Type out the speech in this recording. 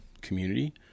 community